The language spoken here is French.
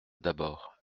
d’abord